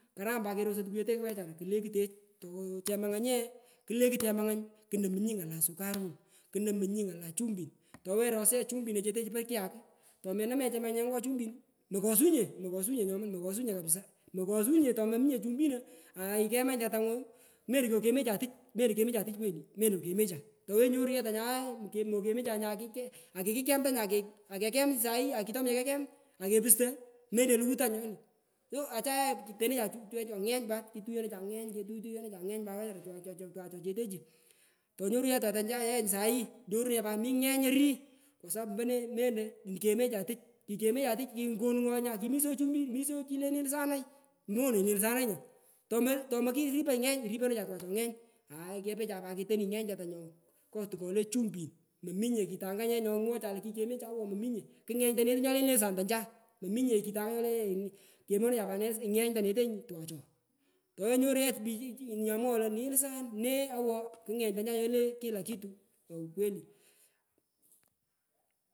Karam pat kerosoi tukuchete wechara kulekutech chemangany ye kalekat chemangany kunomunyi ngala sukarun kunomunyi ngala chumbin towenyi iros ye chumbineche techu po kyak tomenamanyi chemanganyengu ngo chumbin moko. Sunye mokosunye nyoman mokosunye kapsa mokosunye kapsa mokosunye tominye chumbino aikemanyi tetangu melo kwokemecha melokemeha tuch kweli mmetokemecha itowenyi nyoru ye tanyaye mokemechanye akikikem tany akekem saii akitomonye kekem akepusto melo luku tany nyona achaepo torecha tuch tany gheny pat ketuye necha gheny ketuyteyehecha gheny pat twacho chetehu tonyorunyi ye tetancha ye sai nyorunenyi pat mi gheny ori kwa sapu ompone melo kikemecha tach. Kikecja tuch kukonugho nya kimi so miso chule nyalsanai nyalsanai mono nyalsanai, tomo kiripo gheny riponecha twacho gheny aai kepecha pat ketoni gheny riponecha twacho twako gheny aai kepecha pat ketoni gheny tetanyo ngo tukole chumbin mominye kitanga ye nyomwoghecha lo kitonecha awo mominye kugheny to nete nyole nyalsan toncha mominye toncha mominye kitanga nyole kemonecha pat nyals gheny toneto twacho itowenyi inyoru ye kik nya mwoghoi lo nyilsan ne owo kughenytonsa nyole kila kitu kwa kweli.